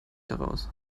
daraus